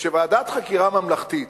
שוועדת חקירה ממלכתית,